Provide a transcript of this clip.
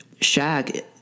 Shaq